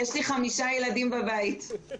יש לי חמישה ילדים בבית.